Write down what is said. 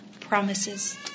promises